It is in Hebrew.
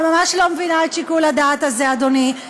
אני ממש לא מבינה את שיקול הדעת הזה, אדוני.